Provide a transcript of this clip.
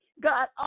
god